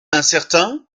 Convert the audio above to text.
incertain